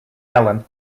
ellen